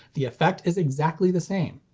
the effect is exactly the same.